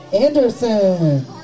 Anderson